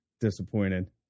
disappointed